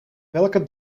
welke